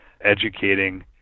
educating